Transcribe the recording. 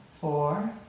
four